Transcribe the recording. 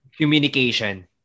communication